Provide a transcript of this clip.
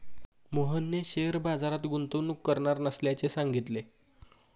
मोहनने शेअर बाजारात गुंतवणूक करणार नसल्याचे सांगितले